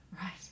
Right